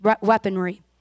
weaponry